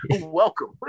Welcome